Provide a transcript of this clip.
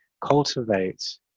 cultivate